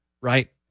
right